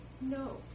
no